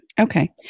Okay